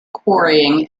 quarrying